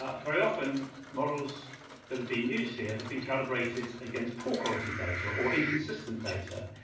ah very often, models that have been used here have been calibrated against poor quality data or inconsistent data,